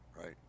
right